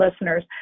listeners